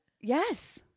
Yes